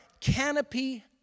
canopy